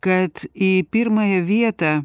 kad į pirmąją vietą